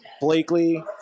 Blakely